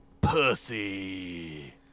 Pussy